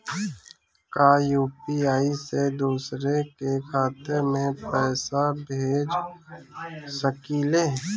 का यू.पी.आई से दूसरे के खाते में पैसा भेज सकी ले?